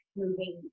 moving